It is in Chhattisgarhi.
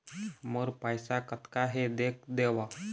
मोर पैसा कतका हे देख देव?